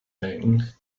thing